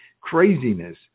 craziness